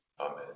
Amen